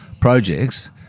projects